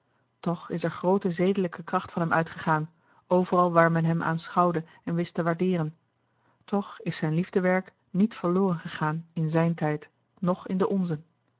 toch is er groote zedelijke kracht van hem uitgegaan overal waar men hem aanschouwde en wist te waardeeren toch is zijn liefdewerk niet verloren gegaan in zijn tijd noch in den onzen